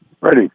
Ready